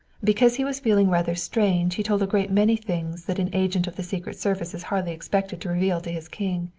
because he was feeling rather strange he told a great many things that an agent of the secret service is hardly expected to reveal to his king.